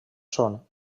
són